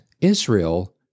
Israel